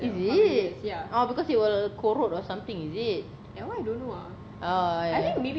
is it ya oh because it will like corrode or something is it oh ya ya